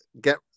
get